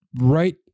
right